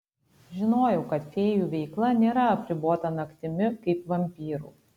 žinojau kad fėjų veikla nėra apribota naktimi kaip vampyrų